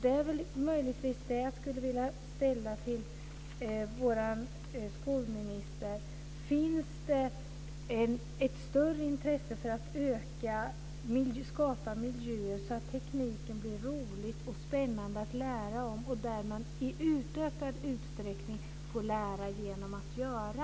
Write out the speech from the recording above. Det är möjligtvis en fråga som jag skulle vilja ställa till vår skolminister: Finns det ett större intresse för att skapa miljöer så att tekniken blir rolig och spännande att lära av och där man i ökad utsträckning får lära genom att göra?